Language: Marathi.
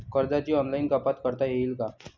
कर्जाची ऑनलाईन कपात करता येईल का?